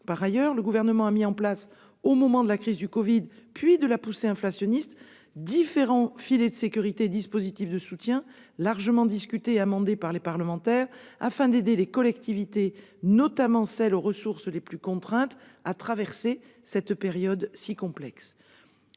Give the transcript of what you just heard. Par ailleurs, le Gouvernement a mis en place, au moment de la crise de la covid-19, puis de la poussée inflationniste, différents filets de sécurité et dispositifs de soutien, largement discutés et amendés par les parlementaires, afin d'aider les collectivités, notamment celles dont les ressources sont les plus contraintes, à traverser cette période si complexe.